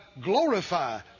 glorify